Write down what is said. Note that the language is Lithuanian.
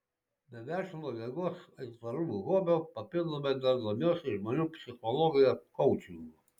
be verslo ir jėgos aitvarų hobio papildomai dar domiuosi žmonių psichologija koučingu